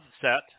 set